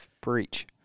Preach